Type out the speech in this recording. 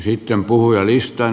sitten puhujalistaan